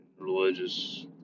religious